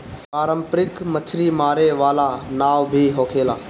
पारंपरिक मछरी मारे वाला नाव भी होखेला